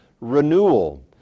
renewal